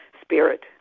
spirit